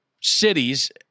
cities